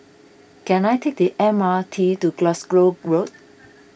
can I take the M R T to Glasgow Road